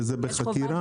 שזה בחקירה?